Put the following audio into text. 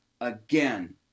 again